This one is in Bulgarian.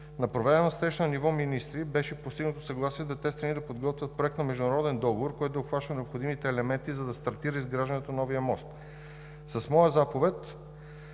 На проведена среща на ниво министри беше постигнато съгласие двете страни да подготвят проект на международен договор, който да обхваща необходимите елементи, за да стартира изграждането на новия мост. С моя заповед